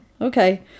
okay